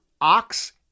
ox